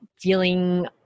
feeling